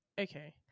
Okay